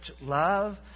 love